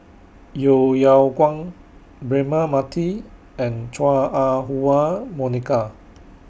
Yeo Yeow Kwang Braema Mathi and Chua Ah Huwa Monica